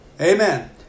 Amen